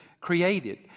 created